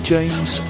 James